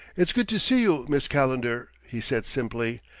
it's good to see you, miss calendar, he said simply,